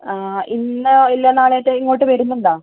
ആ ഇന്നോ ഇല്ല നാളെയോ മറ്റോ ഇങ്ങോട്ട് വരുന്നുണ്ടോ